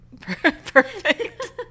Perfect